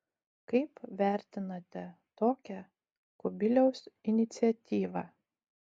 kaip vertinate tokią kubiliaus iniciatyvą